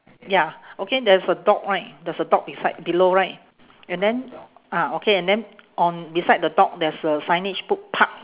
ya okay there's a dog right there's a dog beside below right and then ah okay and then on beside the dog there's a signage put park